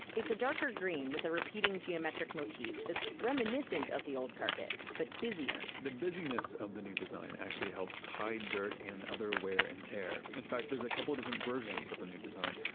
it's a darker green with a repeating geometric motif that's reminiscent of the old carpet, but busier the busy-ness of the new design actually helps hide dirt and other wear and tear. in fact, there's a couple of different versions of the new design.